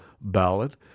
ballad